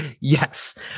yes